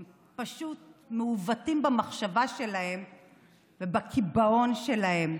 הם פשוט מעוותים במחשבה שלהם ובקיבעון שלהם.